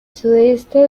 sudeste